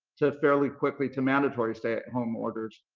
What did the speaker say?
to, fairly quickly, to mandatory stay at home orders.